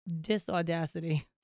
disaudacity